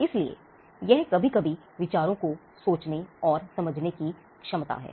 इसलिए यह कभी कभी विचारों को सोचने और समझने की क्षमता है